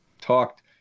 talked